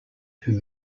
who